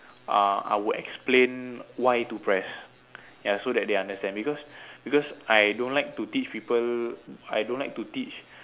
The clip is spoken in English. uh I would explain why to press ya so that they understand because because I don't like to teach people I don't like to teach